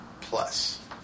Plus